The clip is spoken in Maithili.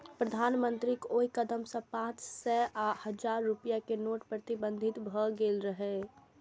प्रधानमंत्रीक ओइ कदम सं पांच सय आ हजार रुपैया के नोट प्रतिबंधित भए गेल रहै